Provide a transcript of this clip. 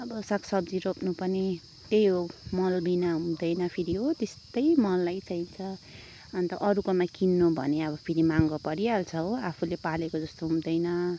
अब सागसब्जी रोप्नु पनि त्यही हो मल बिना हुँदैन फेरि हो त्यस्तै मलै चाहिन्छ अन्त अरूकोमा किन्नु भने अब फेरि महँगो परिहाल्छ हो आफूले पालेको जस्तो हुँदैन